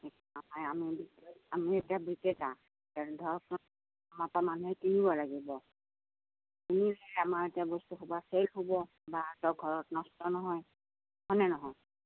আমি এতিয়া বিক্ৰেতা ধৰকচোন আমাৰ পৰা মানুহে কিনিব লাগিব কিনিলে আমাৰ এতিয়া বস্তু সোপা শেষ হ'ব বা ঘৰত নষ্ট নহয় হয় নে নহয়